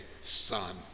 son